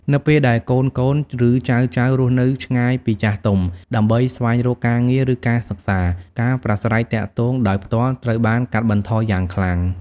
នៅពេលដែលកូនៗ ឬចៅៗរស់នៅឆ្ងាយពីចាស់ទុំ ដើម្បីស្វែងរកការងារឬការសិក្សា ការប្រាស្រ័យទាក់ទងដោយផ្ទាល់ត្រូវបានកាត់បន្ថយយ៉ាងខ្លាំង។